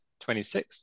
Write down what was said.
26